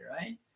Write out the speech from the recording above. right